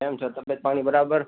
કેમ છે તબિયત પાણી બરાબર